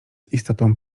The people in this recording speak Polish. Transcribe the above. istotą